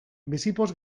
bizipoz